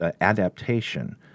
adaptation